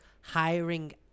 hiring